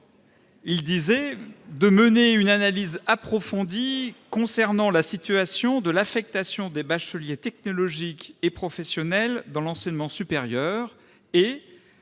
de « mener une analyse approfondie concernant la situation de l'affectation des bacheliers technologiques et professionnels dans l'enseignement supérieur et